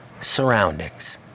surroundings